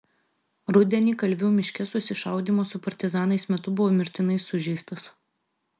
rudenį kalvių miške susišaudymo su partizanais metu buvo mirtinai sužeistas